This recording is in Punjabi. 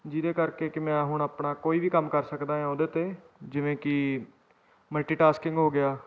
ਜਿਹਦੇ ਕਰਕੇ ਕਿ ਮੈਂ ਹੁਣ ਆਪਣਾ ਕੋਈ ਵੀ ਕੰਮ ਕਰ ਸਕਦਾ ਹਾਂ ਉਹਦੇ 'ਤੇ ਜਿਵੇਂ ਕਿ ਮਲਟੀਟਾਸਕਿੰਗ ਹੋ ਗਿਆ